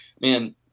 Man